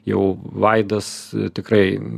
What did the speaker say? jau vaidas tikrai